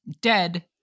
dead